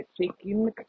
shaking